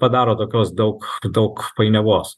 padaro tokios daug daug painiavos